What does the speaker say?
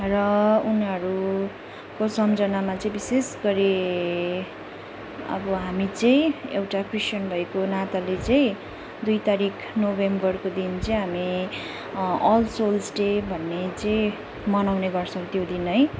र उनीहरूको सम्झनामा चाहिँ विशेष गरी अब हामी चाहिँ एउटा क्रिस्चियन भएको नाताले चाहिँ दुई तारिक नोभेम्बरको दिन चाहिँ हामी अल सोल्स डे भन्ने चाहिँ मनाउने गर्छौँ त्यो दिन है